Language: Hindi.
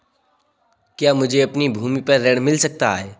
क्या मुझे अपनी भूमि पर ऋण मिल सकता है?